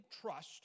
trust